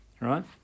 right